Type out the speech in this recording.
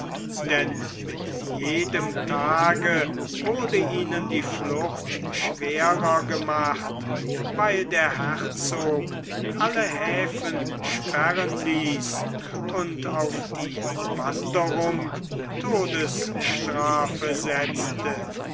denn mit jedem tage wurde ihnen die flucht schwerer gemacht weil der herzog alle häfen sperren ließ und auf die wanderung todesstrafe setzte